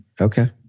Okay